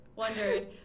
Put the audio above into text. wondered